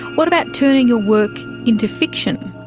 what about turning your work into fiction?